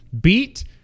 beat